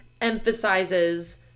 emphasizes